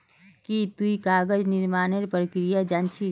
की तुई कागज निर्मानेर प्रक्रिया जान छि